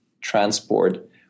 transport